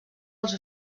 als